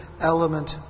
element